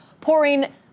pouring